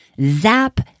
Zap